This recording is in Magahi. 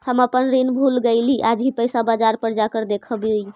हम अपन ऋण भूल गईली आज ही पैसा बाजार पर जाकर देखवई